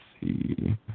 see